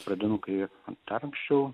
pradinukai dar anksčiau